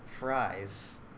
Fries